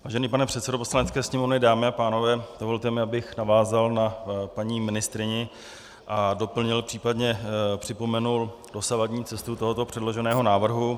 Vážený pane předsedo Poslanecké sněmovny, dámy a pánové, dovolte mi, abych navázal na paní ministryni a doplnil, případně připomenul dosavadní cestu tohoto předloženého návrhu.